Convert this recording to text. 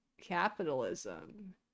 capitalism